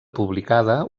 publicada